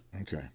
Okay